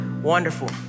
Wonderful